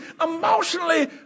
emotionally